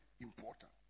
important